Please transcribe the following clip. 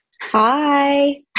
Hi